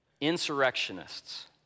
insurrectionists